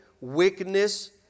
wickedness